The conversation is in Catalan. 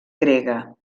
grega